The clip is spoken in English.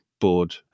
board